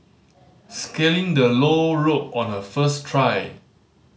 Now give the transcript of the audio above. scaling the low rope on her first try